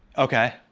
okay.